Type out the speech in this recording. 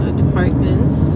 departments